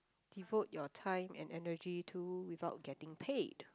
devote your time and energy to without getting paid